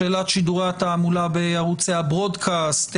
שאלת שידורי התעמולה בערוצי הברודקאסט,